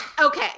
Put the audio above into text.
Okay